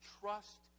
trust